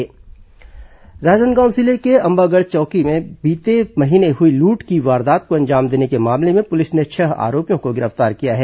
लूट आरोपी गिर पतार राजनांदगांव जिले के अंबागढ़ में बीते महीने हुई लूट की वारदात को अंजाम देने के मामले में पुलिस ने छह आरोपियों को गिर फ्तार किया है